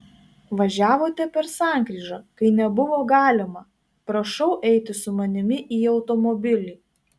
važiavote per sankryžą kai nebuvo galima prašau eiti su manimi į automobilį